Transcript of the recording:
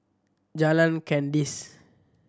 Jalan Kandis